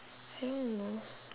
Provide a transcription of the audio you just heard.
I don't know